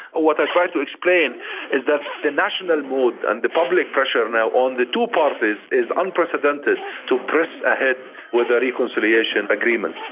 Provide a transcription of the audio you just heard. what i try to explain is that the national and mood and the public pressure now on the two parties is unprecedented to press ahead with the reconciliation agreement.